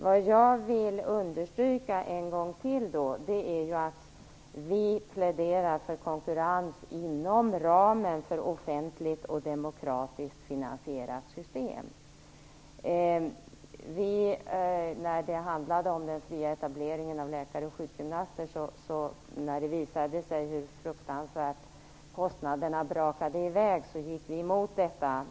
Vad jag vill understryka en gång till är att vi pläderar för konkurrens inom ramen för ett offentligt och demokratiskt finansierat system. När det handlade om den fria etableringen av läkare och sjukgymnaster och det visade sig hur kostnaderna sköt i höjden så gick vi emot detta.